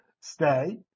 stay